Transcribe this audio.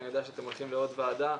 אני יודע שאתם הולכים לעוד ועדה.